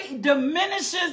diminishes